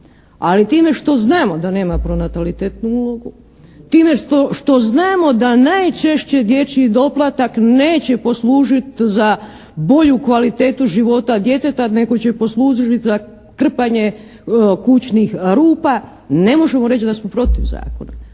ali time što znamo da nema pronatalitetnu ulogu, time što znamo da najčešće dječji doplatak neće poslužiti za bolju kvalitetu života djeteta nego će poslužiti za krpanje kućnih rupa ne možemo reći da smo protiv zakona.